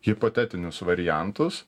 hipotetinius variantus